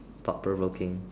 thought provoking